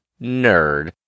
nerd